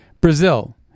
Brazil